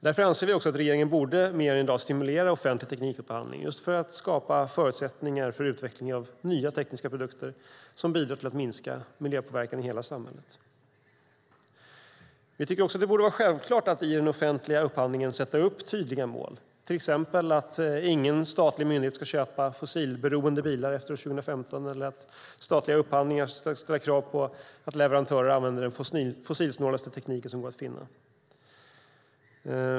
Därför anser vi också att regeringen mer än i dag borde stimulera offentlig teknikupphandling just för att skapa förutsättningar för utveckling av nya tekniska produkter som bidrar till att minska miljöpåverkan i hela samhället. Vi tycker också att det borde vara självklart att i den offentliga upphandlingen sätta upp tydliga mål, till exempel att ingen statlig myndighet ska köpa fossilberoende bilar efter 2015 eller att statliga upphandlingar ska ställa krav på att leverantörer använder den fossilsnålaste teknik som går att finna.